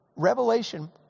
Revelation